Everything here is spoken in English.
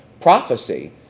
prophecy